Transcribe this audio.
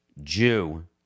Jew